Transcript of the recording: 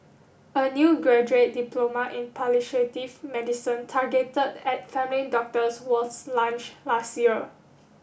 a new graduate diploma in medicine targeted at family doctors was launched last year